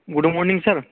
good morning sir